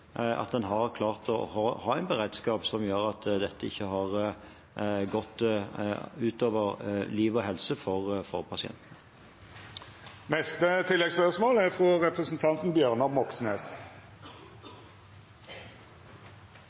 at en har klart å ha en beredskap som gjør at dette ikke har gått ut over liv og helse for